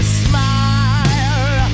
smile